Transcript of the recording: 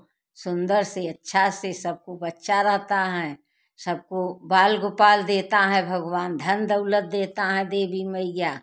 सुंदर से अच्छा से सबको बच्चा रहता है सबको बाल गोपाल देता है भगवान धन दौलत देता है देवी मैया